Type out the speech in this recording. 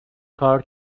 کار